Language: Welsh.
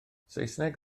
saesneg